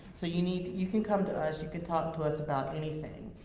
so you need you can come to us, you can talk to us about anything.